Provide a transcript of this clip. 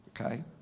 okay